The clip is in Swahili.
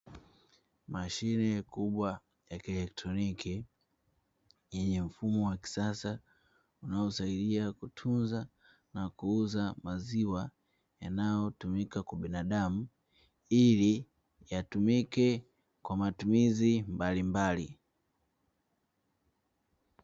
Mashine kubwa ya kieletroniki yenye mfumo wa kisasa. Unaosaidia kutunza na kuuza maziwa, yanayotumika kwa binadamu ili yatumike kwa matumizi mbalimbali.